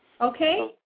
Okay